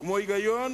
כמו היגיון